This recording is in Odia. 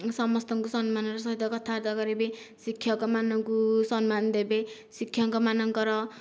ସମସ୍ତଙ୍କୁ ସମ୍ମାନର ସହିତ କଥାବାର୍ତ୍ତା କରିବେ ଶିକ୍ଷକ ମାନଙ୍କୁ ସମ୍ମାନ ଦେବେ ଶିକ୍ଷକ ମାନଙ୍କର